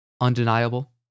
Undeniable